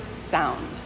sound